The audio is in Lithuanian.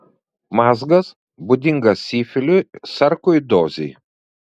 mazgas būdingas sifiliui sarkoidozei